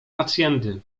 hacjendy